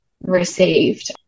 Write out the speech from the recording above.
received